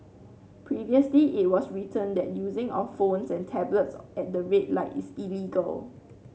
previously it was written that using of phones and tablets at the red light is illegal